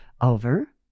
over